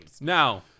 Now